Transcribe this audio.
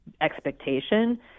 expectation